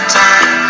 time